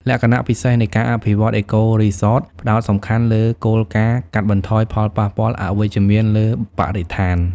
លក្ខណៈពិសេសនៃការអភិវឌ្ឍ អេកូរីសតផ្តោតសំខាន់លើគោលការណ៍កាត់បន្ថយផលប៉ះពាល់អវិជ្ជមានលើបរិស្ថាន។